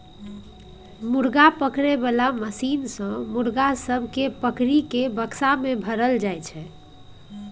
मुर्गा पकड़े बाला मशीन सँ मुर्गा सब केँ पकड़ि केँ बक्सा मे भरल जाई छै